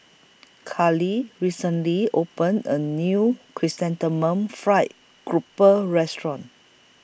Khalil recently opened A New Chrysanthemum Fried Grouper Restaurant